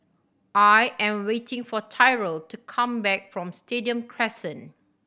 I am waiting for Tyrel to come back from Stadium Crescent